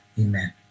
Amen